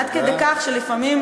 עד כדי כך שלפעמים,